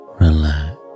relax